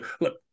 look